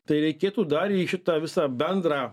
tai reikėtų dar į šitą visą bendrą